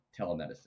telemedicine